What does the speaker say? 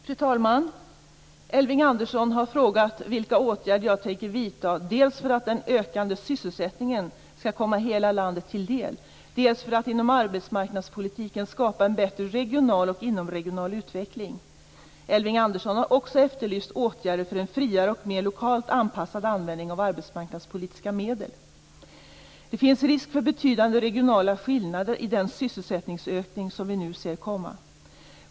Fru talman! Elving Andersson har frågat vilka åtgärder jag tänker vidta dels för att den ökande sysselsättningen skall komma hela landet till del, dels för att inom arbetsmarknadspolitiken skapa en bättre regional och inomregional utveckling. Elving Andersson har också efterlyst åtgärder för en friare och mer lokalt anpassad användning av arbesmarknadspolitiska medel. Det finns risk för betydande regionala skillnader i den sysselsättningsökning som vi nu ser komma.